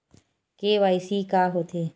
KYC का होथे?